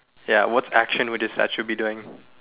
ya what action would the statue be doing